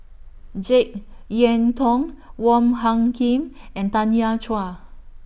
Jek Yeun Thong Wong Hung Khim and Tanya Chua